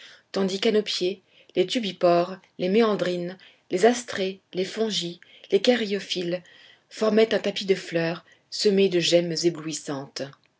tandis qu'à nos pieds les tubipores les méandrines les astrées les fongies les cariophylles formaient un tapis de fleurs semé de gemmes éblouissantes